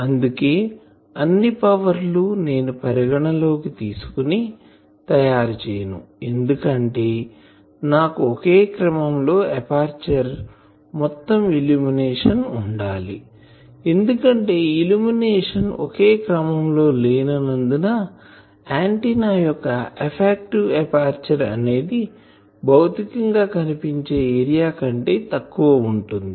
అందుకే అన్ని పవర్ లు నేను పరిగణనలోకి తీసుకొని తయారుచేయను ఎందుకంటే నాకు ఒకే క్రమమంలో ఎపర్చరు మొత్తం ఇల్లుమినేషన్ ఉండాలి ఎందుకంటే ఇల్లుమినేషన్ ఒకే క్రమం లో లేనందున ఆంటిన్నా యొక్క ఎఫెక్టివ్ ఎపర్చరు అనేది బౌతికంగా గా కనిపించే ఏరియా కంటే తక్కువ వుంటుంది